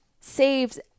saves